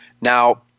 Now